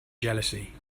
jealousy